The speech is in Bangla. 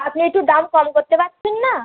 আপনি একটু দাম কম করতে পারছেন না